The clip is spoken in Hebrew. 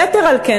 יתר על כן,